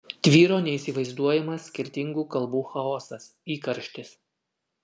tvyro neįsivaizduojamas skirtingų kalbų chaosas įkarštis